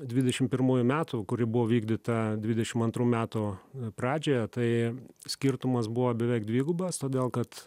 dvidešim pirmųjų metų kuri buvo vykdyta dvidešim antrų metų pradžioje tai skirtumas buvo beveik dvigubas todėl kad